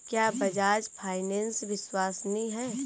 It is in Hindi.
क्या बजाज फाइनेंस विश्वसनीय है?